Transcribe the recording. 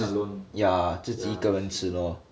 自 yeah 自己一个人吃 lor